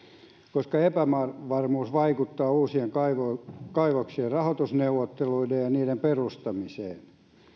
koska epävarmuus vaikuttaa uusien kaivoksien kaivoksien rahoitusneuvotteluihin ja ja niiden perustamiseen